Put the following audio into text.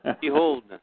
Behold